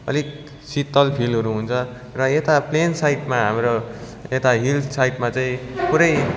अलिक शीतल फिलहरू हुन्छ र यता प्लेन साइडमा हाम्रो यता हिल साइडमा चाहिँ पुरै